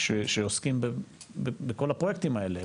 שעוסקים בכל הפרויקטים האלה.